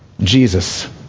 Jesus